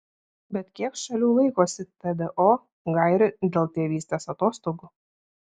bet kiek šalių laikosi tdo gairių dėl tėvystės atostogų